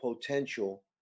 potential